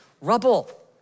rubble